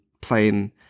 playing